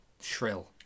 Shrill